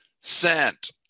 sent